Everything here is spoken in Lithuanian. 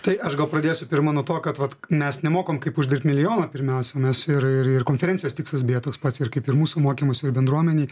tai aš gal pradėsiu pirma nuo to kad vat mes nemokom kaip uždirbt milijoną pirmiausia mes ir ir konferencijos tikslas beje tas pats ir kaip ir mūsų mokymus ir bendruomenei